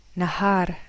nahar